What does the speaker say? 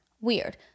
weird